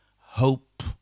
hope